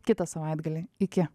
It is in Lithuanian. kitą savaitgalį iki